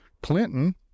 Clinton